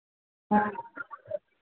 ᱦᱮᱸ